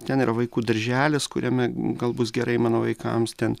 ten yra vaikų darželis kuriame gal bus gerai mano vaikams ten